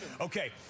Okay